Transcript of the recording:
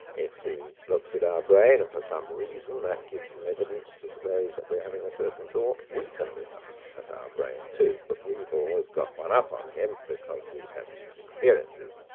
if he looks at our brain, and for some reason that gives him evidence to suppose that we're having a certain thought, we can look ah at our brain too, but we've always got one up on him because we have these experiences.